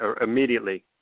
immediately